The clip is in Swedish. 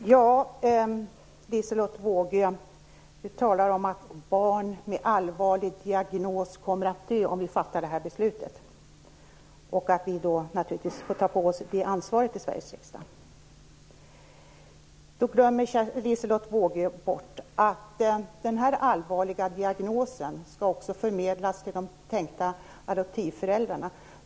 Fru talman! Liselotte Wågö sade att barn med allvarlig diagnos kommer att dö om vi fattar det här beslutet och att Sveriges riksdag i så fall får ta på sig ansvaret för det. Då glömmer Liselotte Wågö bort att den allvarliga diagnosen i så fall också skall förmedlas till de tänkta adoptivföräldrarna.